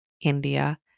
India